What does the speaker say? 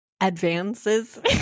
advances